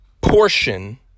portion